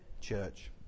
church